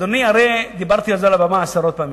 אדוני, הרי דיברתי על זה על הבמה עשרות פעמים,